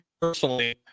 personally